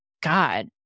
God